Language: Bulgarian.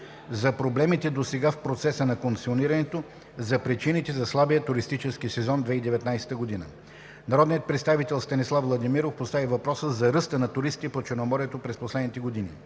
за проблемите досега в процеса на концесионирането, за причините за слабия туристически сезон 2019 г. Народният представител Станислав Владимиров постави въпроса за ръста на туристите по Черноморието през последните години.